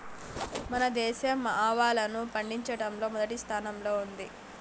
మన దేశం ఆవాలను పండిచటంలో మొదటి స్థానం లో ఉంది